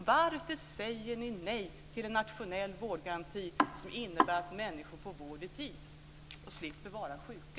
Varför säger ni nej till en nationell vårdgaranti som innebär att människor får vård i tid och slipper vara sjuka?